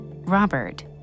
Robert